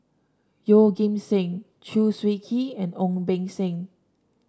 Yeoh Ghim Seng Chew Swee Kee and Ong Beng Seng